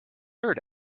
third